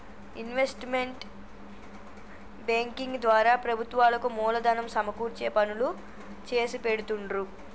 investment banking ద్వారా ప్రభుత్వాలకు మూలధనం సమకూర్చే పనులు చేసిపెడుతుండ్రు